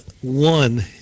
one